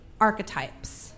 archetypes